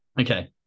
Okay